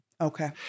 okay